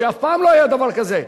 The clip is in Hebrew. ואף פעם לא היה דבר כזה,